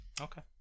Okay